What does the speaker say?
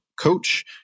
Coach